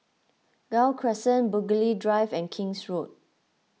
Gul Crescent Burghley Drive and King's Road